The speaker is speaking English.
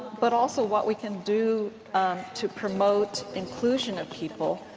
but also what we can do to promote inclusion of people.